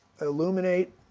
illuminate